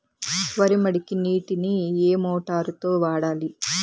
వరి మడికి నీటిని ఏ మోటారు తో వాడాలి?